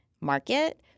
market